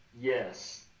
Yes